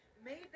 ...made